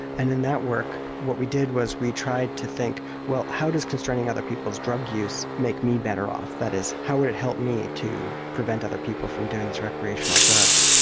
and in that work, what we did was we tried to think, well how does constraining other people's drug use make me better off? that is, how would it help me to prevent other people from doing these recreational drugs?